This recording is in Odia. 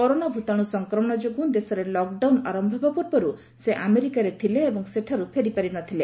କରୋନା ଭୂତାଣୁ ସଂକ୍ରମଣ ଯୋଗୁଁ ଦେଶରେ ଲକ୍ଡାଉନ୍ ଆରନ୍ନ ହେବା ପୂର୍ବରୁ ସେ ଆମେରିକାରେ ଥିଲେ ଏବଂ ସେଠାରୁ ଫେରିପାରିନଥିଲେ